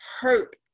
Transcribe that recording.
hurt